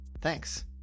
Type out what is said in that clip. Thanks